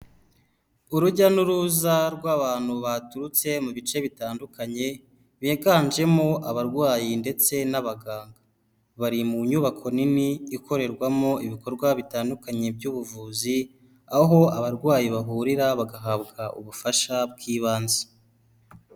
Urujya n'uruza rw'abantu baturutse mu bice bitandukanye biganjemo abarwayi ndetse n'abaganga, bari mu nyubako nini ikorerwamo ibikorwa bitandukanye by'ubuvuzi, aho abarwayi bahurira bagahabwa ubufasha bw'ibanze.